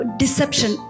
deception